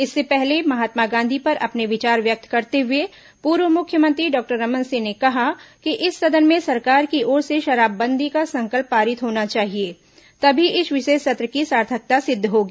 इससे पहले महात्मा गांधी पर अपने विचार व्यक्त करते हुए पूर्व मुख्यमंत्री डॉक्टर रमन सिंह ने कहा कि इस सदन में सरकार की ओर से शराब बंदी का संकल्प पारित होना चाहिए तभी इस विशेष सत्र की सार्थकता सिद्व होगी